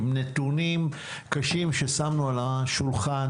עם נתונים קשים ששמנו על השולחן,